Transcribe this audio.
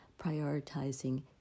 prioritizing